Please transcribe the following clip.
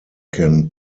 can